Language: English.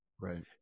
right